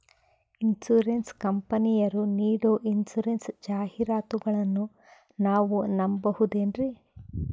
Insurance ಕಂಪನಿಯರು ನೀಡೋ insurance ಜಾಹಿರಾತುಗಳನ್ನು ನಾವು ನಂಬಹುದೇನ್ರಿ?